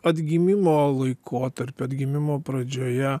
atgimimo laikotarpiu atgimimo pradžioje